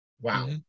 Wow